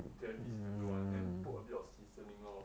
damn easy to do one then put a bit of seasoning lor